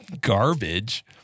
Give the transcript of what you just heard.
garbage